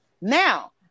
Now